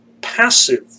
passive